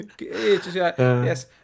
yes